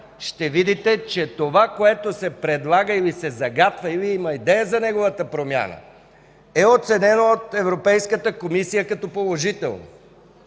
ще видите, че това, което се предлага, загатва или има идея за неговата промяна, е оценено от Европейската комисия като положително.